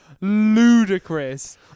ludicrous